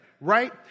right